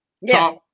Yes